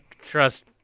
trust